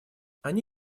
они